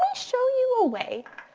ah show you a way